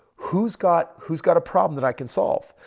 who's got who's got a problem that i can solve?